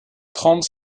trente